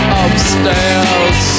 upstairs